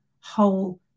whole